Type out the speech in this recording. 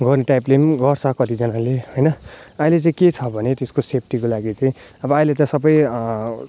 गर्ने टाइपले पनि गर्छ कतिजनाले होइन अहिले चाहिँ के छ भने त्यसको सेफ्टीको लागि चाहिँ अब अहिले त सबै